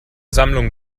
sammlung